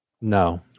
No